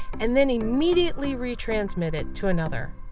and then immediately retransmit it to another.